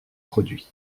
produits